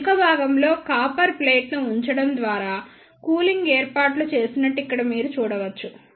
వెనుక భాగంలో copper plate ను ఉంచడం ద్వారా కూలింగ్ ఏర్పాట్లు చేసినట్లు ఇక్కడ మీరు చూడవచ్చు